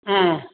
ம்